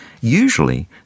Usually